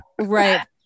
right